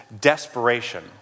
desperation